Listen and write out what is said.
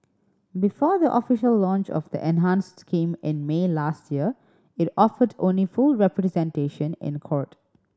before the official launch of the enhanced scheme in May last year it offered only full representation in a court